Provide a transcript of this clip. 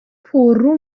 پررو